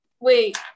Wait